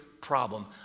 problem